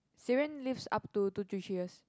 serum lives up to two to three years